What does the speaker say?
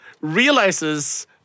realizes